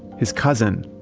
his cousin,